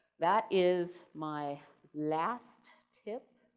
that is my last tip.